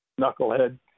knucklehead